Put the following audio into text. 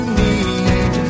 need